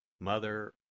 Mother